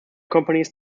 companies